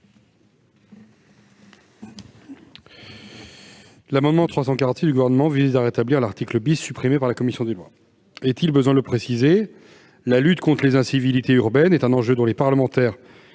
commission ? Cet amendement vise à rétablir l'article 20 , supprimé par la commission des lois. Nul besoin de préciser que la lutte contre les incivilités urbaines est un enjeu dont les parlementaires,